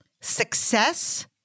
Success